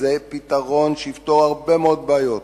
זה פתרון שיפתור הרבה מאוד בעיות